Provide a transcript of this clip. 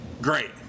Great